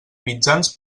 mitjans